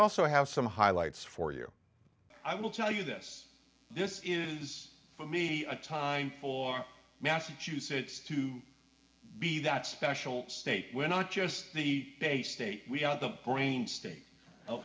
also have some highlights for you i will tell you this this is for me a time for massachusetts to be that special state we're not just the bay state we are the brain st